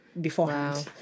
beforehand